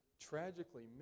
tragically